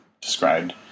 described